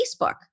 Facebook